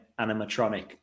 animatronic